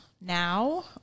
now